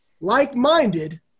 like-minded